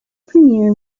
premiere